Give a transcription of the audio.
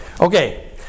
Okay